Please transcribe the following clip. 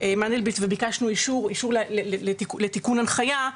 מנדלבליט וביקשנו אישור לתיקון הנחייה,